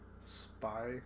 spy